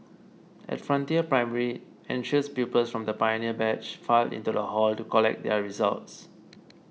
at Frontier Primary anxious pupils from the pioneer batch filed into the hall to collect their results